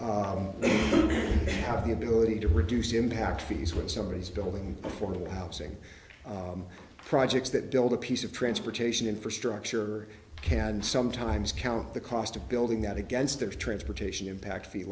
they have the ability to reduce impact fees when somebody is building affordable housing projects that build a piece of transportation infrastructure can sometimes count the cost of building that against their transportation impact